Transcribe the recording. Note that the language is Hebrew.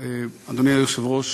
אדוני היושב-ראש,